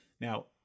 Now